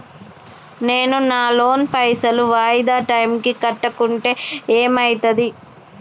నేను నా లోన్ పైసల్ వాయిదా టైం కి కట్టకుంటే ఏమైతది?